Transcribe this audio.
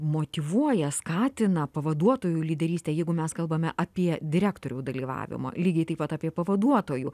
motyvuoja skatina pavaduotojų lyderystę jeigu mes kalbame apie direktorių dalyvavimą lygiai taip pat apie pavaduotojų